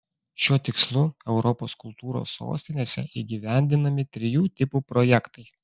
šiuo tikslu europos kultūros sostinėse įgyvendinami trijų tipų projektai